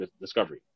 Discovery